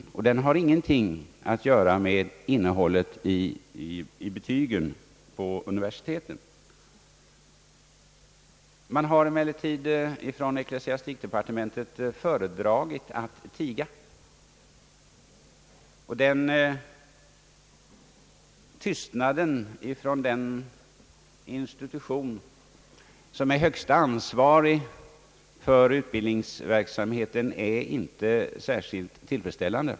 Den har ingenting att göra med innehållet i betygen vid universiteten. Ecklesiastikdepartementet har cemellertid föredragit att tiga. Denna tystnad från den myndighet som är ansvarig för utbildningsverksamheten är inte särskilt tillfredsställande.